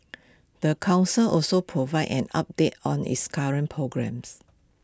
the Council also provided an update on its current programmes